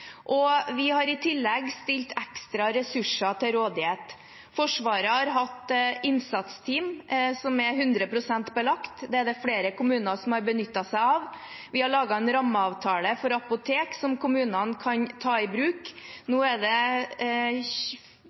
Vi har i tillegg stilt ekstra ressurser til rådighet. Forsvaret har hatt innsatsteam som er 100 pst. belagt; det er det flere kommuner som har benyttet seg av. Vi har laget en rammeavtale for apoteker, som kommunene kan ta i bruk. Nå er det